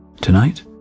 Tonight